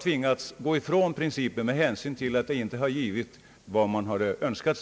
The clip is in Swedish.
tvingats gå ifrån sitt försök med värdesäkring, därför att resultatet inte blivit vad man önskat.